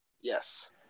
Yes